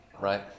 right